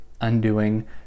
undoing